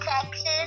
Texas